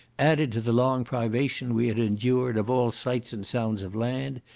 added to the long privation we had endured of all sights and sounds of land,